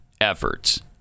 efforts